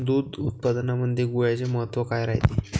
दूध उत्पादनामंदी गुळाचे महत्व काय रायते?